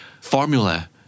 formula